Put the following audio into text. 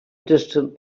distant